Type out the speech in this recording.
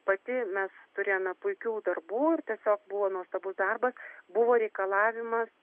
pati mes turėjome puikių darbų ir tiesiog buvo nuostabus darbas buvo reikalavimas